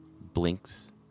blinks